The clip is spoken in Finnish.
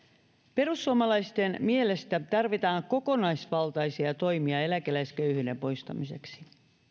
perussuomalaisten mielestä tarvitaan kokonaisvaltaisia toimia eläkeläisköyhyyden poistamiseksi